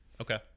Okay